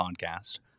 Podcast